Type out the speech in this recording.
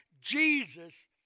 Jesus